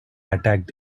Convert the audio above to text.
attacked